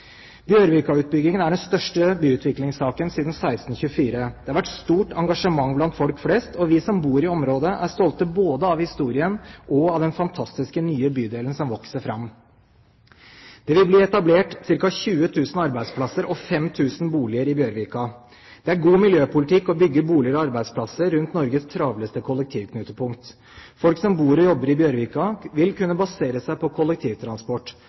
er den største byutviklingssaken siden 1624. Det har vært stort engasjement blant folk flest, og vi som bor i området, er stolte av både historien og den fantastiske nye bydelen som vokser fram. Det vil bli etablert ca. 20 000 arbeidsplasser og 5 000 boliger i Bjørvika. Det er god miljøpolitikk å bygge boliger og arbeidsplasser rundt Norges travleste kollektivknutepunkt. Folk som bor og jobber i Bjørvika, vil kunne basere seg på kollektivtransport